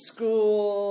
School